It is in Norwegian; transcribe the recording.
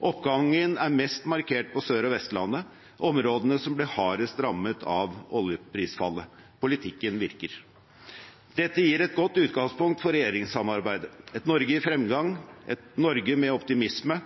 Oppgangen er mest markant på Sør- og Vestlandet, områdene som ble hardest rammet av oljeprisfallet. Politikken virker. Dette gir et godt utgangspunkt for regjeringssamarbeidet: et Norge i fremgang, et Norge med optimisme,